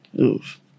Oof